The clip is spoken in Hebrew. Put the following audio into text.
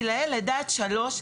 גילי לידה עד שלוש,